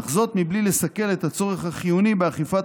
אך זאת בלי לסכל את הצורך החיוני באכיפת